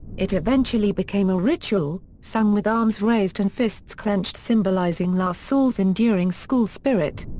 it eventually became a ritual, sung with arms raised and fists clenched symbolizing la salle's enduring school spirit.